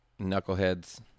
knuckleheads